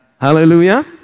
Hallelujah